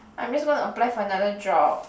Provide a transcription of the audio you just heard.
I'm just going to apply for another job